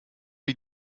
wie